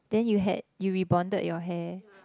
then you had you rebonded your hair